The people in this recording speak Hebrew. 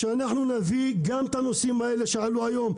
שאנחנו נביא גם את הנושאים שעלו היום,